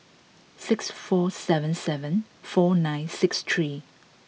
six four seven seven four nine six three